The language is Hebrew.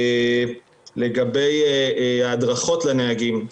לגבי ההדרכות לנהגים,